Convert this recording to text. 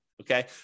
Okay